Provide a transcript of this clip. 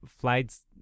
flights